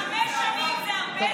חמש שנים זה הרבה זמן.